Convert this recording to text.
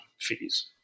fees